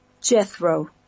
Jethro